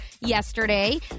yesterday